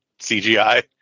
CGI